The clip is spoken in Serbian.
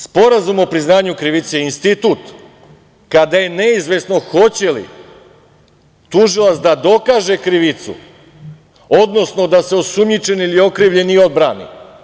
Sporazum o priznanju krivice je institut kada je neizvesno hoće li tužilac da dokaže krivicu, odnosno da se osumnjičeni ili okrivljeni odbrani.